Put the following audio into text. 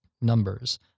numbers